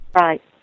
Right